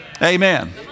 Amen